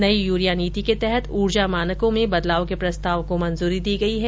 नयी यूरिया नीति के तहत ऊर्जा मानकों में बदलाव के प्रस्ताव को मंजूरी दी गई है